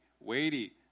weighty